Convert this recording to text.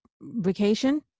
vacation